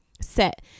set